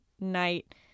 night